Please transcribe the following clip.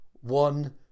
One